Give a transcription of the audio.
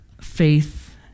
faith